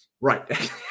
Right